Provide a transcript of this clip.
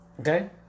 Okay